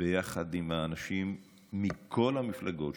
ביחד עם האנשים מכל המפלגות,